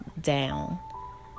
down